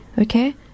Okay